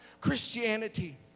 christianity